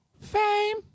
Fame